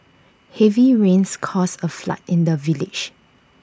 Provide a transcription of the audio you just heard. heavy rains caused A flood in the village